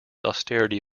austerity